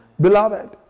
Beloved